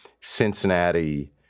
Cincinnati